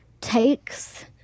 takes